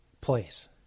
place